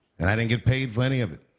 and i didn't get paid for any of it.